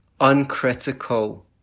uncritical